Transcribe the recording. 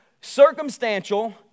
circumstantial